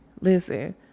listen